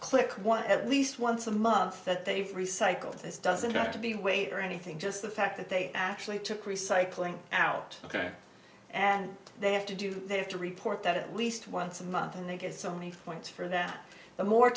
one at least once a month that they've recycled this doesn't have to be weight or anything just the fact that they actually took recycling out ok and they have to do they have to report that at least once a month and they get so many points for that the more